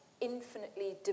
infinitely